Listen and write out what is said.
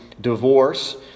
divorce